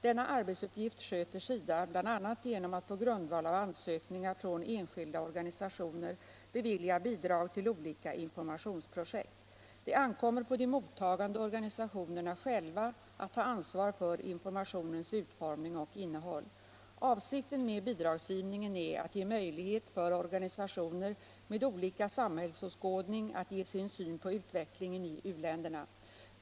Denna arbetsuppgift sköter SIDA bl.a. genom att på grundval av ansökningar från enskilda organisationer bevilja bidrag till olika informationsprojekt. Det ankommer på de mottagande organisationerna själva att ta ansvar för informationens utformning och innehåll. Avsikten med bidragsgivningen är att ge möjlighet för organisationer med olika samhällsåskådning att ge sin syn på utvecklingen i u-länderna.